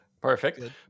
Perfect